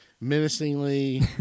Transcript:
menacingly